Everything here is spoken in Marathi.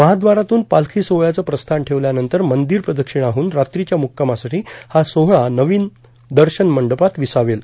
महाद्वारातून पालखी सोहळ्याचं प्रस्थान ठेवल्यानंतर मंदिर प्रदक्षिणा होऊन रात्रीच्या मुक्कामासाठी हा सोहळा नवीन दर्शनमंडपात विसावेल